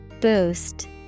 Boost